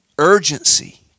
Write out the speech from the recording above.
urgency